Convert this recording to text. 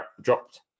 dropped